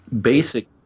basic